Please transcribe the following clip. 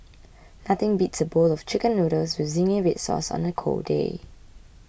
nothing beats a bowl of Chicken Noodles with Zingy Red Sauce on a cold day